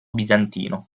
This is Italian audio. bizantino